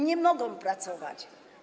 Nie mogą pracować.